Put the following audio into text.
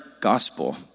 gospel